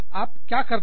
आप क्या करते हो